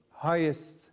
highest